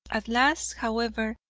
at last, however,